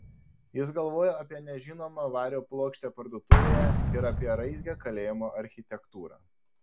jis galvojo apie nežinomą vario plokštę parduotuvėje ir apie raizgią kalėjimo architektūrą